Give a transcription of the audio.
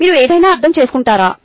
మీరు ఏదైనా అర్థం చేసుకుంటారా